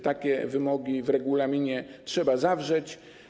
Takie wymogi w regulaminie trzeba zawrzeć.